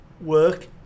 work